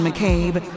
McCabe